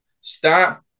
Stop